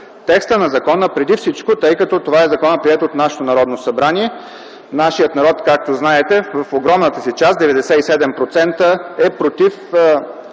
текста на закона, тъй като това е законът, приет от нашето Народно събрание. Нашият народ, както знаете, в огромната си част – 97%, е против